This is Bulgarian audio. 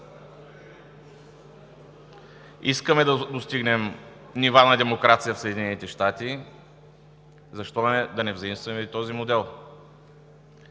Искаме да достигнем нива на демокрация в Съединените щати, защо да не заимстваме и този модел?